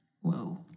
Whoa